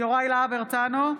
יוראי להב הרצנו,